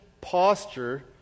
posture